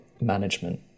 management